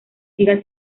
siga